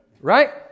right